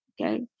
okay